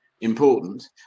important